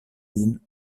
vin